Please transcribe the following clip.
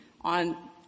on